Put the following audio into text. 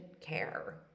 care